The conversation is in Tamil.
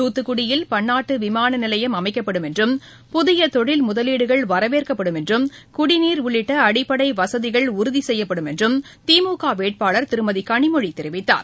தூத்துக்குடியில் பன்னாட்டுவிமானநிலையம் அமைக்கப்படும் என்றும் புதியதொழில் என்றும் முதலீடுகள் வரவேற்கப்படும் குடிநீர் உள்ளிட்டஅடிப்படைவசதிகள் உறுதிசெய்யப்படும் என்றும் திமுகவேட்பாளர் திருமதிகனிமொழிதெரிவித்தார்